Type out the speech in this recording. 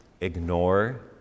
ignore